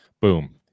boom